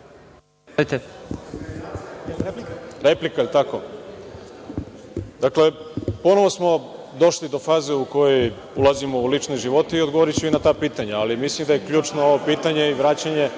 **Goran Ćirić** Dakle, ponovo smo došli do faze u kojoj ulazimo u lične živote i odgovoriću i na ta pitanja, ali mislim da je ključno ovo pitanje i vraćanje